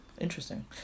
Interesting